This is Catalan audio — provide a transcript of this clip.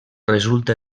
resulta